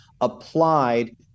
applied